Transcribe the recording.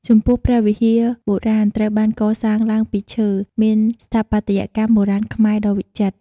ចំពោះព្រះវិហារបុរាណ ត្រូវបានកសាងឡើងពីឈើ មានស្ថាបត្យកម្មបុរាណខ្មែរដ៏វិចិត្រ ។